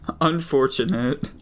Unfortunate